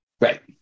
Right